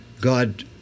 God